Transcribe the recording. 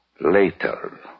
Later